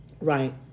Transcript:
Right